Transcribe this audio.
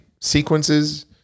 sequences